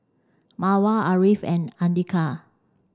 Mawar Ariff and Andika